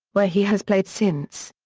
where he has played since.